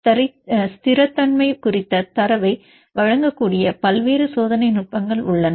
எனவே ஸ்திரத்தன்மை குறித்த தரவை வழங்கக்கூடிய பல்வேறு சோதனை நுட்பங்கள் உள்ளன